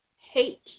hate